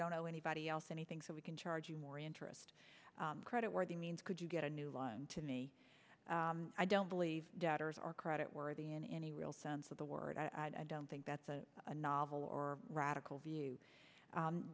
don't owe anybody else anything so we can charge you more interest credit worthy means could you get a new one to me i don't believe debtors are credit worthy in any real sense of the word i don't think that's a novel or radical view